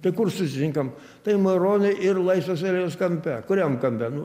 tai kur susitinkam tai maronio ir laisvės alėjos kampe kuriam kampe nu